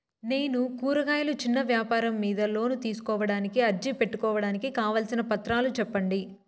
నేను కూరగాయలు చిన్న వ్యాపారం మీద లోను తీసుకోడానికి అర్జీ పెట్టుకోవడానికి కావాల్సిన పత్రాలు సెప్పండి?